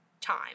time